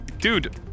Dude